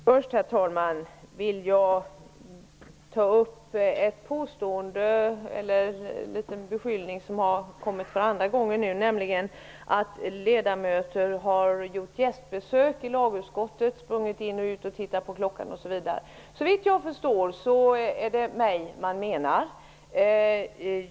Herr talman! Först vill jag ta upp ett påstående, en liten beskyllning som nu kom för andra gången, nämligen att ledamöter har gjort gästbesök i lagutskottet, tittat på klockan och sprungit in och ut osv. Såvitt jag förstår är det mig man menar.